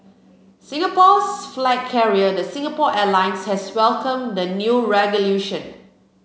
Singapore's flag carrier the Singapore Airlines has welcomed the new regulation